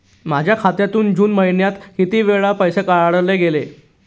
माझ्या खात्यातून जून महिन्यात किती वेळा पैसे काढले गेले?